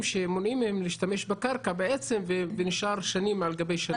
שמונעים מהם להשתמש בקרקע וזה נשאר שנים על גבי שנים?